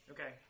Okay